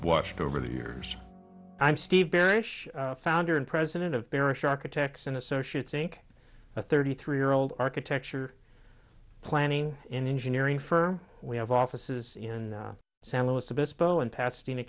watched over the years i'm steve bearish founder and president of parish architects and associates inc a thirty three year old architecture planning in engineering for we have offices in san luis obispo in pasadena